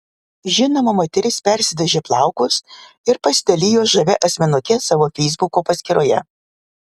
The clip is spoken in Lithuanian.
žinoma moteris persidažė plaukus ir pasidalijo žavia asmenuke savo feisbuko paskyroje